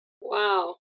Wow